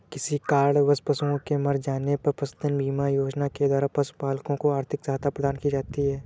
किसी कारणवश पशुओं के मर जाने पर पशुधन बीमा योजना के द्वारा पशुपालकों को आर्थिक सहायता प्रदान की जाती है